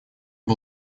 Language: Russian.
был